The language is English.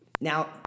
Now